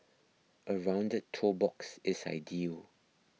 a rounded toe box is ideal